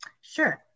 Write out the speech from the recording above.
Sure